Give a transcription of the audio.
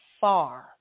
far